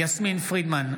בהצבעה יסמין פרידמן,